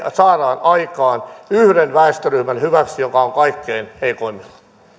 saadaan aikaan sen yhden väestöryhmän hyväksi joka on kaikkein heikoimmilla